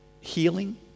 healing